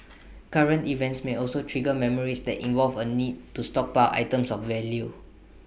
current events may also trigger memories that involve A need to stockpile items of value